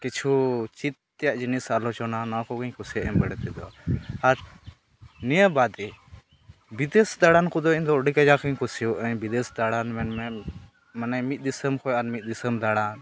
ᱠᱤᱪᱷᱩ ᱪᱮᱫᱛᱮᱭᱟᱜ ᱡᱤᱱᱤᱥ ᱟᱞᱳᱪᱚᱱᱟ ᱱᱚᱣᱟᱠᱚᱜᱮᱧ ᱠᱩᱥᱤᱭᱟᱜᱼᱟ ᱵᱟᱹᱲᱛᱤᱫᱚ ᱟᱨ ᱱᱤᱭᱟᱹ ᱵᱟᱫᱮ ᱵᱤᱫᱮᱥ ᱫᱟᱬᱟᱱ ᱠᱚᱫᱚ ᱤᱧᱫᱚ ᱟᱹᱰᱤ ᱠᱟᱡᱟᱠᱤᱧ ᱠᱩᱥᱤᱣᱟᱹᱜᱟᱹᱧ ᱵᱤᱰᱮᱥ ᱫᱟᱬᱟᱱ ᱢᱮᱱᱢᱮ ᱢᱟᱱᱮ ᱢᱤᱫ ᱫᱤᱥᱚᱢ ᱠᱷᱚᱱ ᱟᱨᱢᱤᱫ ᱫᱤᱥᱚᱢ ᱫᱟᱬᱟᱱ